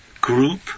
group